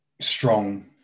strong